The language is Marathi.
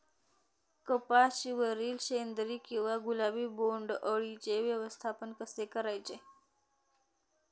कपाशिवरील शेंदरी किंवा गुलाबी बोंडअळीचे व्यवस्थापन कसे करायचे?